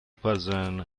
person